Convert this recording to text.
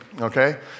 okay